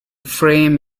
frame